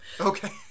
Okay